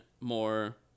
more